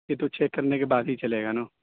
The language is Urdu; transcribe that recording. یہ تو چیک کرنے کے بعد ہی چلے گا نا